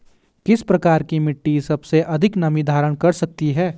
किस प्रकार की मिट्टी सबसे अधिक नमी धारण कर सकती है?